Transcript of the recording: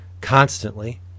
constantly